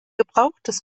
gebrauchtes